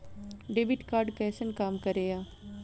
Debit card कैसन काम करेया?